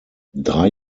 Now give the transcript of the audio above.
drei